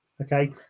Okay